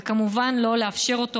וכמובן לא לאפשר אותו,